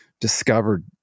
discovered